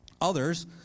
Others